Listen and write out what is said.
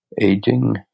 aging